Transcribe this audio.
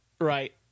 Right